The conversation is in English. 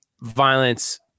violence